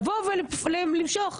למשוך.